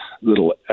little